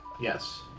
Yes